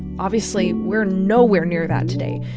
obviously, we're nowhere near that today,